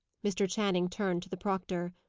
mr. channing turned to the proctor.